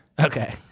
Okay